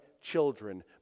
children